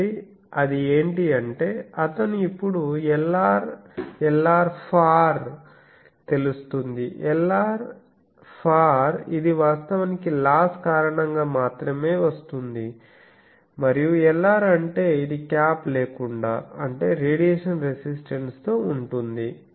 కాబట్టి అది ఏంటి అంటే అతను ఇప్పుడు Lr Lr far తెలుస్తుంది Lr far ఇది వాస్తవానికి లాస్ కారణంగా మాత్రమే వస్తుంది మరియు Lr అంటే ఇది క్యాప్ లేకుండా అంటే రేడియేషన్ రెసిస్టన్స్ తో ఉంటుంది